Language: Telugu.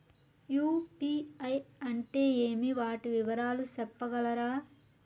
యు.పి.ఐ అంటే ఏమి? వాటి వివరాలు సెప్పగలరా?